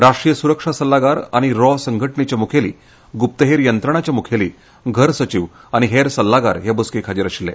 राष्ट्रीय सुरक्षा सल्लागार आनी रॉ संघटणेचे मुखेली ग्रप्तहेर यंत्रणांचे मुखेली घर सचीव आनी हेर सल्लागार हे बसकेक हाजीर आशिल्ले